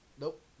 Nope